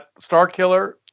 Starkiller